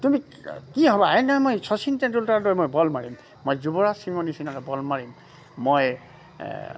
তুমি কি হ'বা মই শচীন মই বল মাৰিম মই যুৱৰাজ সিঙৰ নিচিনাকে বল মাৰিম মই